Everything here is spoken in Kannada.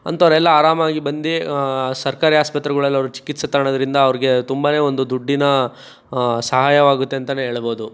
ಅಂಥವರೆಲ್ಲ ಆರಾಮಾಗಿ ಬಂದು ಸರ್ಕಾರಿ ಆಸ್ಪತ್ರೆಗಳಲ್ಲಿ ಅವ್ರು ಚಿಕಿತ್ಸೆ ತಗೊಳ್ಳೋದ್ರಿಂದ ಅವ್ರಿಗೆ ತುಂಬನೇ ಒಂದು ದುಡ್ಡಿನ ಸಹಾಯವಾಗುತ್ತೆ ಅಂತಲೇ ಹೇಳ್ಬೋದು